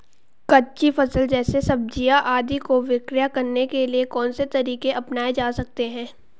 कच्ची फसल जैसे सब्जियाँ आदि को विक्रय करने के लिये कौन से तरीके अपनायें जा सकते हैं?